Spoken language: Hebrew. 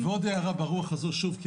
עוד הערה ברוח הזאת.